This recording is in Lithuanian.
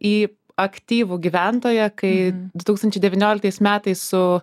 į aktyvų gyventoją kai du tūkstančiai devynioliktais metais su